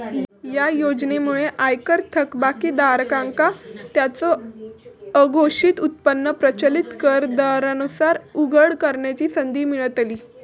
या योजनेमुळे आयकर थकबाकीदारांका त्यांचो अघोषित उत्पन्न प्रचलित कर दरांनुसार उघड करण्याची संधी मिळतली